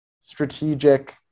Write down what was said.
strategic